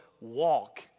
walk